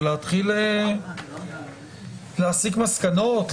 ולהתחיל להסיק מסקנות,